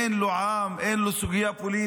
אין לו עם, אין לו סוגיה פוליטית,